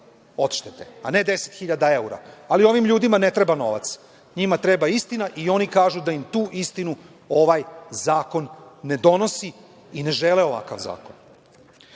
odštete, a ne 10.000 evra. Ali, ovim ljudima ne treba novac, njima treba istina i oni kažu da im tu istinu ovaj zakon ne donosi i ne žele ovakav